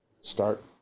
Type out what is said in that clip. start